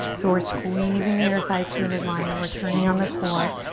so we're squeezing the inner thighs to the midline. we're turning on the core.